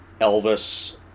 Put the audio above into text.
Elvis